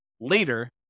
later